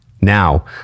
now